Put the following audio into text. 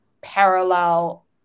parallel